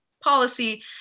policy